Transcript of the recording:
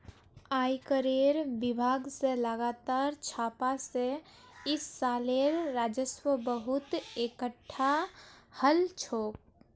आयकरेर विभाग स लगातार छापा स इस सालेर राजस्व बहुत एकटठा हल छोक